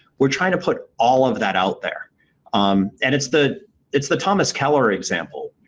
we're trying to put all of that out there um and it's the it's the thomas keller example.